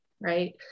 right